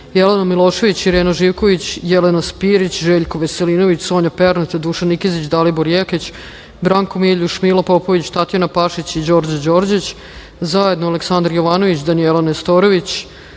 Jelena Milošević, Irena Živković, Jelena Spirić, Željko Veselinović, Sonja Pernat, Dušan Nikezić, Dalibor Jekić, Branko Miljuš, Mila Popović, Tatjana Pašić, Đorđe Đorđić; zajedno Aleksandar Jovanović, Danijela Nestorović,